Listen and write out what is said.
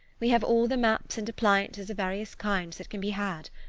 we have all the maps and appliances of various kinds that can be had.